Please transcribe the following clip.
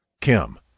Kim